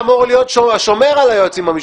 להורות ליושב-ראש הוועדה להביא את